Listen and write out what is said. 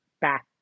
back